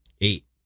Eight